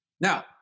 Now